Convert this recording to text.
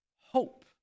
hope